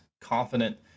confident